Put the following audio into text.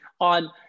on